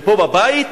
ופה, בבית,